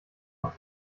noch